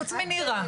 חוץ מנירה.